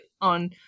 on